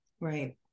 Right